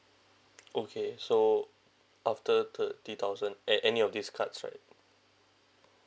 okay so after thirty thousand any any of these cards right